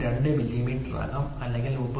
2 millimetre ആകാം അല്ലെങ്കിൽ 39